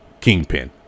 Kingpin